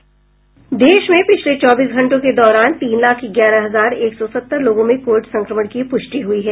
देश में पिछले चौबीस घंटों के दौरान तीन लाख ग्यारह हजार एक सौ सत्तर लोगों में कोविड संक्रमण की पुष्टि हुई है